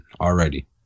already